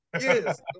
Yes